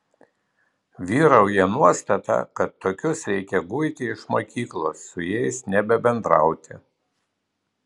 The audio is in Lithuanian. vyrauja nuostata kad tokius reikia guiti iš mokyklos su jais nebendrauti